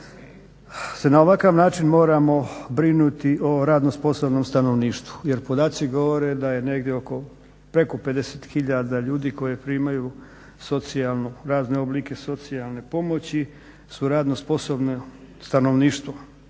se na ovakav način moramo brinuti o radno sposobnom stanovništvu jer podaci govore da je negdje oko preko 50 tisuća ljudi koji primaju razne oblike socijalne pomoći su radno sposobno stanovništvo.